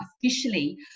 officially